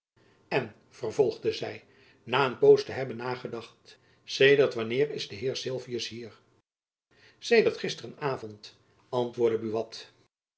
en vervolgde zy na een poos te hebben nagedacht sedert wanneer is de heer sylvius hier sedert gisteren avond antwoordde buat